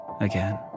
again